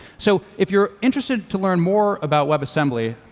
so if you're interested to learn more about webassembly,